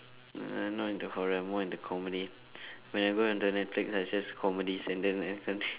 uh not into horror I'm more into comedy whenever the Netflix right it's just comedies and then like